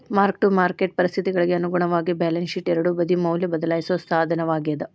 mark to market ಪರಿಸ್ಥಿತಿಗಳಿಗಿ ಅನುಗುಣವಾಗಿ balance ಶೇಟ್ನ ಎರಡೂ ಬದಿ ಮೌಲ್ಯನ ಬದ್ಲಾಯಿಸೋ ಸಾಧನವಾಗ್ಯಾದ